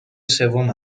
سوم